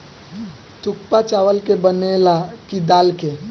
थुक्पा चावल के बनेला की दाल के?